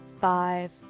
five